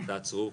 תעצרו.